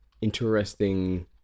interesting